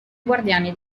guardiani